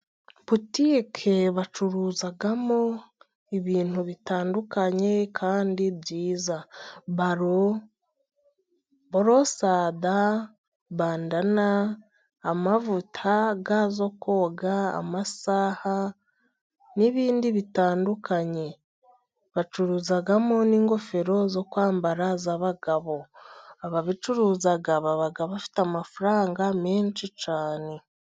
Butike bacuruzamo ibintu bitandukanye kandi byiza. Balo, borosada, bandana, amavuta, ga zo koga, amasaha n'ibindi bitandukanye. Bacuruzamo n'ingofero zo kwambara z'abagabo. Ababicuruza baba bafite amafaranga menshi cyane.